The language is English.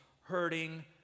hurting